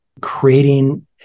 creating